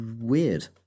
weird